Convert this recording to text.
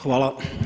Hvala.